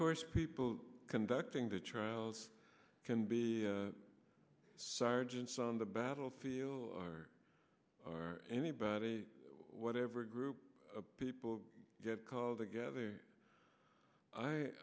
course of people conducting the trials can be the sergeants on the battlefield or anybody whatever group people get called